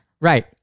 right